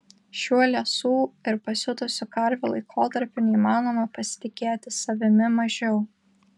šiuo liesų ir pasiutusių karvių laikotarpiu neįmanoma pasitikėti savimi mažiau